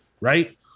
right